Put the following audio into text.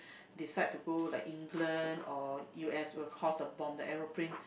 decide to go like England or U_S or cause a bomb the aeroplane